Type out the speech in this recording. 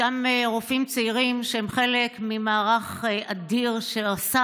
אותם רופאים צעירים שהם חלק ממערך אדיר שעשה